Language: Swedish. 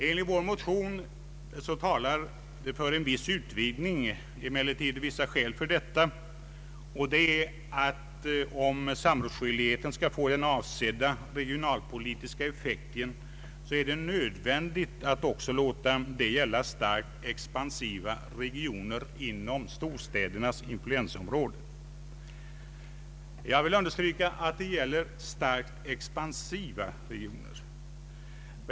För en viss utvidgning talar enligt motionärernas uppfattning emellertid vissa skäl, bl.a. att det, om samrådsskyldigheten skall få den avsedda regionalpolitiska effekten, är nödvändigt att också låta den gälla starkt expansiva regioner inom storstädernas influensområde. Jag vill understryka att det skall gälla starkt expansiva regioner.